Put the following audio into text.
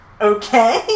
okay